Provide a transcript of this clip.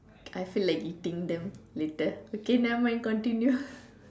I feel like eating them later okay nevermind continue